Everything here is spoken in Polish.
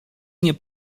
nie